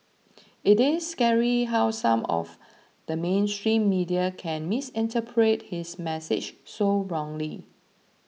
it is scary how some of the mainstream media can misinterpret his message so wrongly